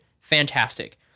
fantastic